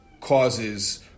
causes